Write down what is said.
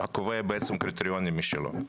קובע בעצם קריטריונים משלו.